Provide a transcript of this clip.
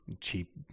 cheap